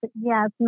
Yes